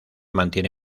mantiene